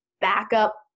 backup